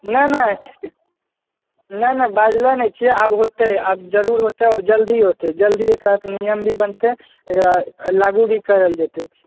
नहि नहि नहि नहि बाजलो नहि छियै आब होतै आब जरुर होतै और जल्दी होतै जल्दी एकरा पर नियम भी बनतै एकरा लागू भी करल जेतै